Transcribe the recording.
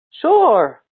Sure